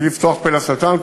בלי לפתוח פה לשטן,